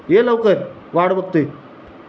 ये लवकर वाट बघत आहे